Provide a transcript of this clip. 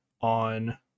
on